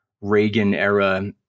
Reagan-era